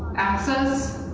access,